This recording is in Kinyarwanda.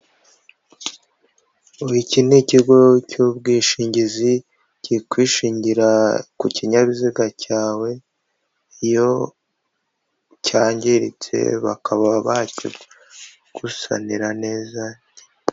Ubu iki ni ikigo cy'ubwishingizi kikwishingira ku kinyabiziga cyawe, iyo cyangiritse bakaba bakigusanira neza.